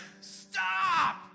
Stop